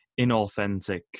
inauthentic